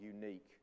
unique